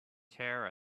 tear